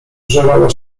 wżerała